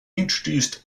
introduced